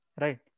Right